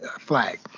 flag